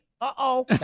uh-oh